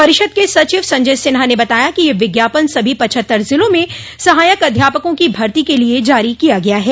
परिषद के सचिव संजय सिन्हा ने बताया कि यह विज्ञापन सभी पचहत्तर जिलों में सहायक अध्यापकों की भर्ती के लिए जारी किया गया है